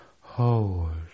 Hold